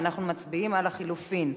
ואנחנו מצביעים על החלופין.